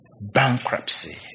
bankruptcy